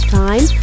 time